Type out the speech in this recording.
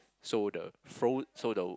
so the fro~ so the